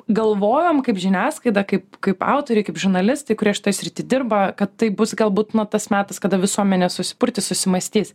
galvojom kaip žiniasklaida kaip kaip autoriai kaip žurnalistai kurie šitoj srity dirba kad taip bus galbūt na tas metas kada visuomenė susipurtys susimąstys